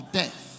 death